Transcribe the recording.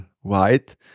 white